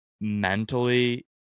mentally